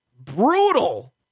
brutal